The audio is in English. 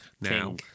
now